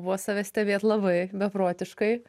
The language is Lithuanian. buvo save stebėt labai beprotiškai